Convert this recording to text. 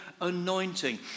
anointing